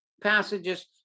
passages